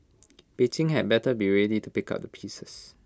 Beijing had better be ready to pick up the pieces